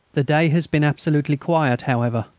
the day has been absolutely quiet, however.